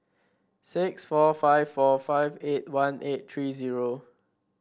six four five four five eight one eight three zero